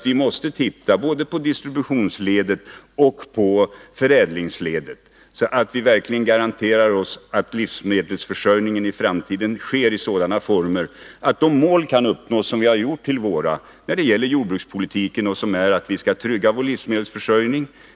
Vi måste nämligen se över både distributionsledet och förädlingsledet, så att vi verkligen får en garanti för att livsmedelsförsörjningen i framtiden sker i sådana former att de mål kan uppnås som vi har gjort till våra när det gäller jordbrukspolitiken. Målsättningen är ju att vi skall trygga vår livsmedelsförsörjning.